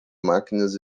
máquinas